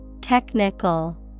Technical